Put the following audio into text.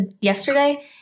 yesterday